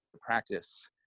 practice